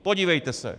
Podívejte se!